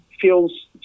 Feels